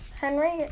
Henry